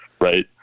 right